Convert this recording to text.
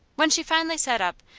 when she finally sat up,